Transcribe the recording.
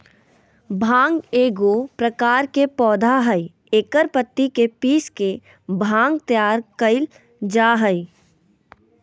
भांग एगो प्रकार के पौधा हइ एकर पत्ति के पीस के भांग तैयार कइल जा हइ